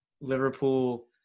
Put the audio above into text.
Liverpool